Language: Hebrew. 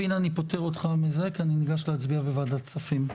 הנה אני פותר אותך מזה כי אני ניגש להצביע בוועדת כספים.